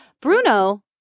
Bruno